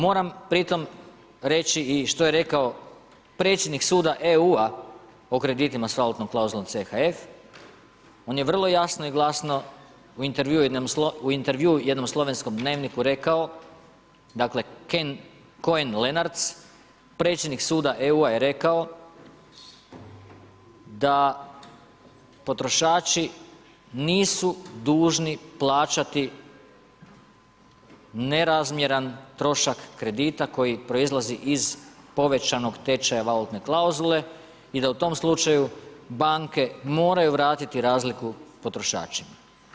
Moram pri tom reći i što je rekao predsjednik suda EU, o kreditima s valutnom klauzulom CHF, on je vrlo jasno i glasno u intervjuu jednom slovenskom dnevniku rekao, dakle, Choen Lenarz, predsjednik suda EU je rekao da potrošači nisu dužni plaćati nerazmjeran trošak kredita, koji proizlazi iz povećanog tečaja valutne klauzule i da u tom slučaju, banke, moraju vratiti razliku potrošačima.